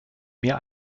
mir